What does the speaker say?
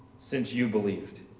since you believed?